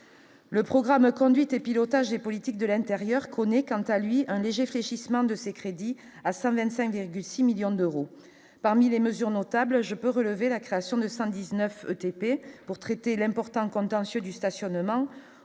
Le programme conduite et pilotage des politiques de l'Intérieur connaît quant à lui un léger fléchissement de ses crédits à 125,6 millions d'euros, parmi les mesures notables je peux relever la création de 119 TP pour traiter l'important contentieux du stationnement